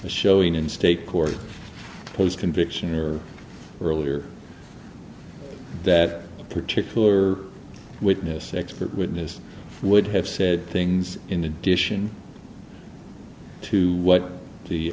the showing in state court his conviction or earlier that particular witness an expert witness would have said things in addition to what the